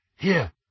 Here